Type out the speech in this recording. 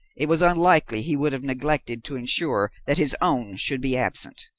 it was unlikely he would have neglected to ensure that his own should be absent.